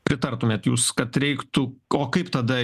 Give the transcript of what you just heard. pritartumėt jūs kad reiktų o kaip tada